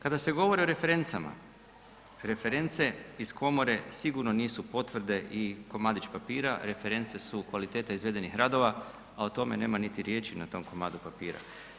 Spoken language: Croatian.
Kada se govori o referencama, reference iz komore sigurno nisu potvrde i komadić papira, reference su kvaliteta izvedenih radova a o tome nema niti riječi na tom komadu papira.